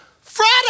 Friday